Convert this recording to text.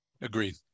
Agreed